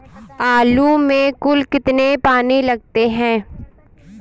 आलू में कुल कितने पानी लगते हैं?